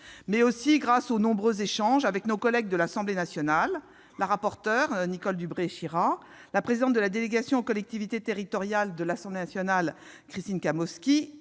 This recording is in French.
Mais aussi, grâce aux nombreux échanges avec nos collègues de l'Assemblée nationale, la rapporteure Nicole Dubré-Chirat, la rapporteure de la délégation aux collectivités territoriales de l'Assemblée nationale, Catherine Kamowski,